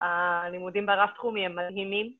‫הלימודים ברב תחומי הם מלהימים.